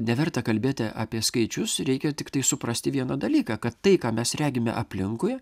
neverta kalbėti apie skaičius reikia tiktai suprasti vieną dalyką kad tai ką mes regime aplinkui